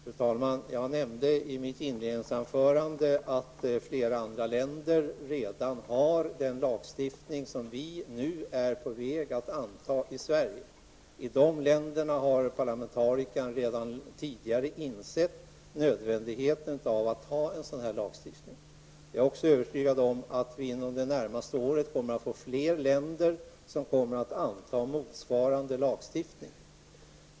Fru talman! Jag nämnde i mitt inledningsanförande att flera andra länder redan har den lagstiftning som vi nu är på väg att anta i Sverige. I de länderna har parlamentarikerna redan tidigare insett nödvändigheten av att ha en sådan här lagstiftning. Jag är också övertygad om att under det närmaste året fler länder kommer att anta motsvarande lagstiftning.